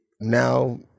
now